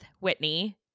Whitney